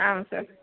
ஆமாம் சார்